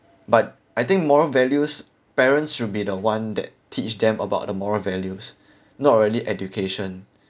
but I think moral values parents should be the one that teach them about the moral values not really education